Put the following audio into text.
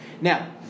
Now